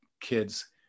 kids